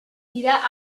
wieder